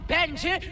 Benji